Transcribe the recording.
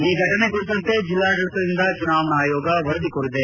ಈ ಘಟನೆ ಕುರಿತಂತೆ ಜಿಲ್ಲಾಡಳಿತದಿಂದ ಚುನಾವಣಾ ಆಯೋಗ ವರದಿ ಕೋರಿದೆ